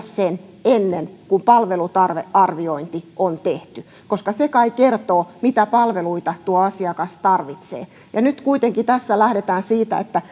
sen ennen kuin palvelutarvearviointi on tehty koska se kai kertoo mitä palveluita tuo asiakas tarvitsee ja nyt kuitenkin tässä lähdetään siitä että